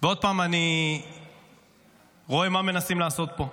ועוד פעם אני רואה מה מנסים לעשות פה.